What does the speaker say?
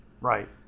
Right